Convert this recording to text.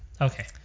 Okay